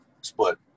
split